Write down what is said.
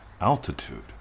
Altitude